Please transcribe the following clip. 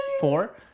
Four